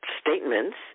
statements